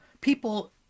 people